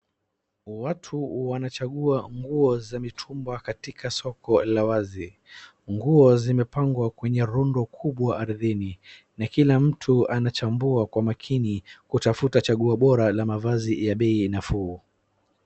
Watu wanachangua nguo za mitumba katika soko la wazi. Nguo zimepangwa kwenye rundo kubwa ardhini na kila mtu anachambua kwa makini kutafuta changuo bora ya mavazi ya bei nafuu.